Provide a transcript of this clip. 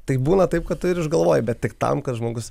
tai būna taip kad ir išgalvoji bet tik tam kad žmogus